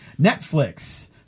Netflix